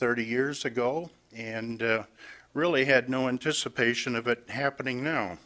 thirty years ago and really had no interests a patient of it happening now